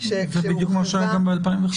זה בדיוק גם מה שהיה גם ב-2005.